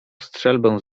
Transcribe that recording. strzelbę